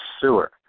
sewer